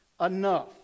enough